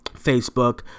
Facebook